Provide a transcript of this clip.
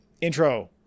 intro